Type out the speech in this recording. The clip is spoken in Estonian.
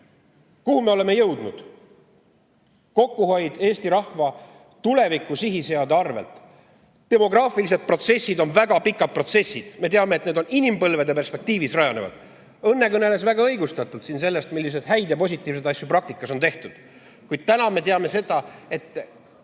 me oleme jõudnud? Kokkuhoid eesti rahva tuleviku sihiseade arvel. Demograafilised protsessid on väga pikad protsessid. Me teame, et need rajanevad inimpõlvedel. Õnne kõneles väga õigustatult sellest, milliseid häid ja positiivseid asju praktikas on tehtud. Kuid täna me teame seda, et